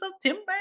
September